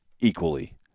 equally